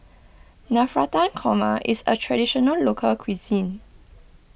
Navratan Korma is a Traditional Local Cuisine